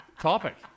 topic